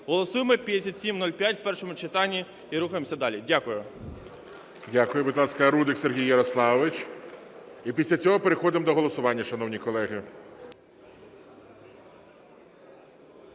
Голосуємо 5705 в першому читанні і рухаємося далі. Дякую. ГОЛОВУЮЧИЙ. Дякую. Будь ласка, Рудик Сергій Ярославович. І після цього переходимо до голосування, шановні колеги.